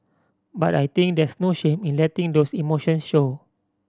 but I think there's no shame in letting those emotions show